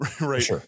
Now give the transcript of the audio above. right